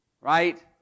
right